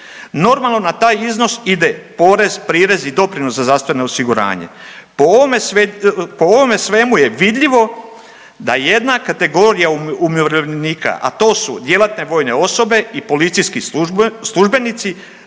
normalno na taj iznos ide porez, prirez i doprinos za zdravstveno osiguranje. Po ovome, po ovome svemu je vidljivo da jedna kategorija umirovljenika, a to su djelatne vojne osobe i policijski službenici